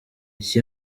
iki